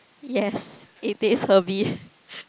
yes it taste herby